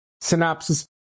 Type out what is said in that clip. synopsis